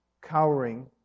cowering